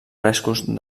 frescos